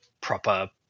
proper